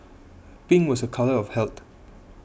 pink was a colour of health